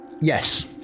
Yes